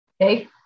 okay